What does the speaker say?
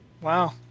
Wow